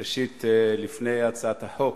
ראשית, לפני הצעת החוק,